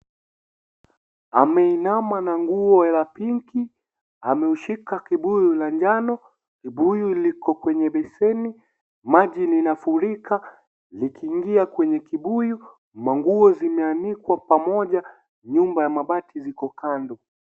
Ameinama na nguo ya pinki, ameushika kibuyu la njano, kibuyu liko kwenye beseni ,maji linafurika likiingia kwenye kibuyu ,mango zimeanikwa pamoja, nyumba ya mabati ziko Kando.